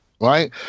right